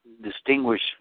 distinguish